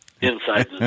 inside